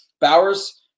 Bowers